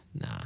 nah